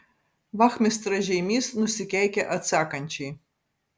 vachmistra žeimys nusikeikė atsakančiai